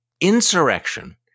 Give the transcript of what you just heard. insurrection